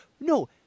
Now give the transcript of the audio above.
No